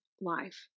life